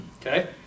Okay